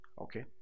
Okay